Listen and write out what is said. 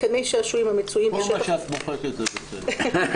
כל מה שאת מוחקת זה בסדר.